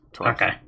Okay